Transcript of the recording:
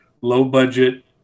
low-budget